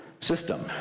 system